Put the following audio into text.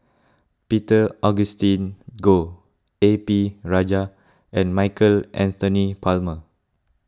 Peter Augustine Goh A P Rajah and Michael Anthony Palmer